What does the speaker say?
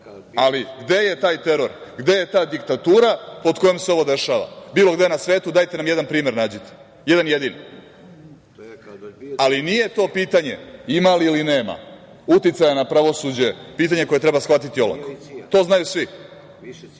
Gde je taj teror, gde je ta diktatura pod kojom se ovo dešava, bilo gde na svetu? Dajte nam jedan primer nađite, jedan jedini. Nije to pitanje, ima li ili nema uticaja na pravosuđe, koje treba shvatiti olako. To znaju svi,